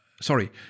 sorry